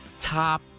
top